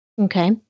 Okay